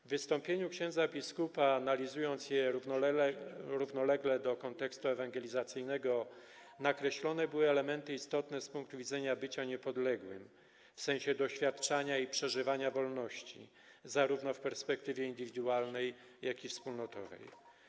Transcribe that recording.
W wystąpieniu księdza biskupa, gdy analizuje się je równolegle do kontekstu ewangelizacyjnego, nakreślone były elementy istotne z punktu widzenia bycia niepodległym, w sensie doświadczania i przeżywania wolności, zarówno w perspektywie indywidualnej, jak i wspólnotowej.